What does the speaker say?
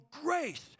grace